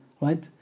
Right